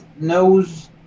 knows